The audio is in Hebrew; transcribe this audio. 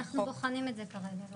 אנחנו בוחנים את זה כרגע.